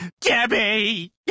Debbie